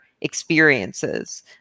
experiences